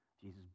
Jesus